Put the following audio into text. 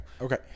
okay